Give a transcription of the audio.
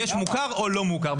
יש מוכר או לא מוכר.